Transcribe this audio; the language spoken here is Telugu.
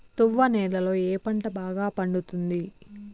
తువ్వ నేలలో ఏ పంట బాగా పండుతుంది?